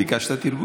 הוא מוליד שחיתות.